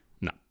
No